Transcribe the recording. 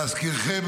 להזכירכם,